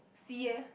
see eh